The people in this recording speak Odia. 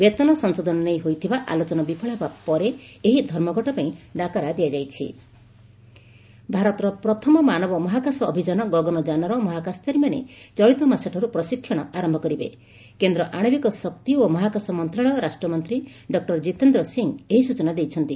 ବେତନ ସଂଶୋଧନ ନେଇ ହୋଇଥିବା ଆଲୋଚନା ବିଫଳ ହେବା ପରେ ଏହି ଧର୍ମଘଟ ପାଇଁ ଡାକରା ଦିଆଯାଇଛି ଗଗନ ଯାନ ଭାରତର ପ୍ରଥମ ମାନବ ମହାକାଶ ଅଭିଯାନ ଗଗନଯାନର ମହାକାଶଚାରୀମାନେ ଚଳିତମାସଠାରୁ ପ୍ରଶିକ୍ଷଣ ଆର ଆଣବିକ ଶକ୍ତି ଓ ମହାକାଶ ମନ୍ତଶାଳୟ ରାଷ୍ଟ୍ରମନ୍ତୀ ଡକୁର ଜିତେନ୍ଦ୍ର ସିଂହ ଏହି ସୂଚନା ଦେଇଛନ୍ତି